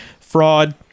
Fraud